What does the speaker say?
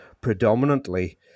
predominantly